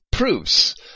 Proofs